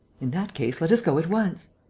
in that case, let us go at once.